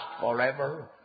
forever